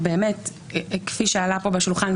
כפי שעלה פה בשולחן,